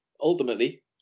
ultimately